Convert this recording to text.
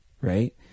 right